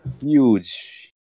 huge